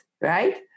right